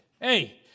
Hey